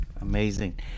Amazing